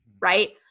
right